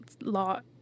lot